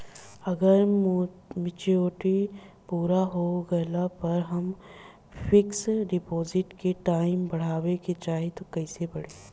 अगर मेचूरिटि पूरा होला पर हम फिक्स डिपॉज़िट के टाइम बढ़ावे के चाहिए त कैसे बढ़ी?